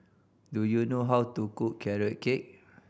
do you know how to cook Carrot Cake